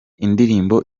indirimbo